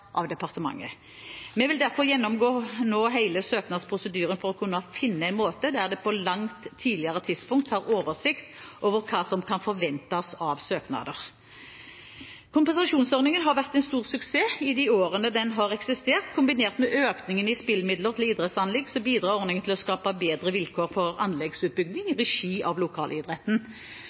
av departementet. Vi vil derfor nå gjennomgå hele søknadsprosedyren for å kunne finne en måte der en på et langt tidligere tidspunkt har oversikt over hva som kan forventes av søknader. Kompensasjonsordningen har vært en stor suksess i de årene den har eksistert. Kombinert med økningen i spillemidler til idrettsanlegg bidrar ordningen til å skape bedre vilkår for anleggsutbygging